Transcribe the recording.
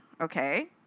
okay